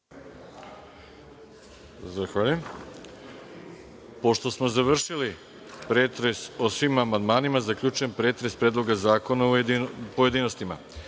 Zahvaljujem. Pošto smo završili pretres o svim amandmanima, zaključujem pretres Predloga zakona u pojedinostima. Pošto